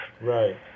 Right